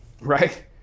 right